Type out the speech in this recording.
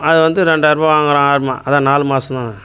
அது வந்து ரெண்டாயிரரூபா வாங்குகிறோம் ஆமாம் அது நாலு மாதமா